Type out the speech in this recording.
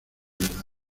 verdad